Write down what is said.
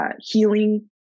healing